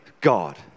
God